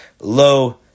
low